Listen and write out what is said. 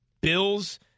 Bills